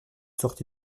sorti